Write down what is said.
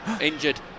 Injured